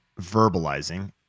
verbalizing